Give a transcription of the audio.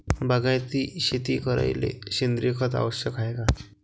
बागायती शेती करायले सेंद्रिय खत आवश्यक हाये का?